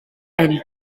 and